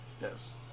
Yes